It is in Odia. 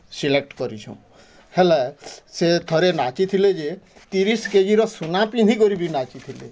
ସିଲେକ୍ଟ କରିଛୁ ହେଲେ ସେ ଥରେ ନାଚିଥିଲେ ଯେ ତିରିଶି କେଜିର ସୁନା ପିନ୍ଧିକରି ବି ନାଚିଥିଲେ